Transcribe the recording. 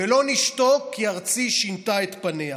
ולא נשתוק, כי ארצי שינתה את פניה,